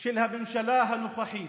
של הממשלה הנוכחית.